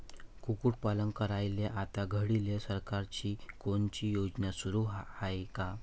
कुक्कुटपालन करायले आता घडीले सरकारची कोनची योजना सुरू हाये का?